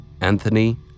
Anthony